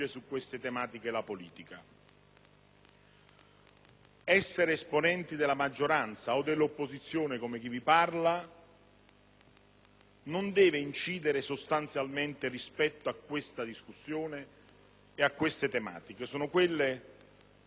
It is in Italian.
Essere esponenti della maggioranza o dell'opposizione, come chi vi parla, non deve incidere, sostanzialmente, rispetto a questa discussione e alle tematiche eticamente sensibili,